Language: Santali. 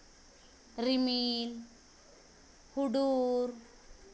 ᱨᱤᱢᱤᱞ ᱦᱩᱰᱩᱨ